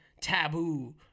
Taboo